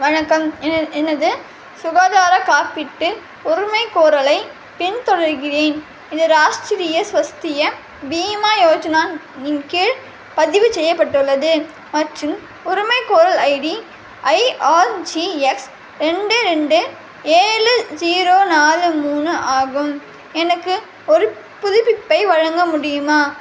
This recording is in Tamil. வணக்கம் எனது சுகாதார காப்பீட்டு உரிமைகோரலைப் பின்தொடர்கிறேன் இது ராஷ்டிரிய ஸ்வஸ்திய பீமா யோஜனா இன் கீழ் பதிவு செய்யப்பட்டுள்ளது மற்றும் உரிமைகோரல் ID I R G X ரெண்டு ரெண்டு ஏழு ஜீரோ நாலு மூணு ஆகும் எனக்கு ஒரு புதுப்பிப்பை வழங்க முடியுமா